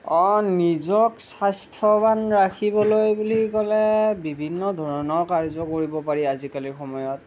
অঁ নিজক স্বাস্থ্যৱান ৰাখিবলৈ বুলি ক'লে বিভিন্ন ধৰণৰ কাৰ্য কৰিব পাৰি আজিকালি সময়ত